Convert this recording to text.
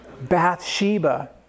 Bathsheba